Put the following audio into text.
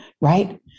right